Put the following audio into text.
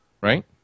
right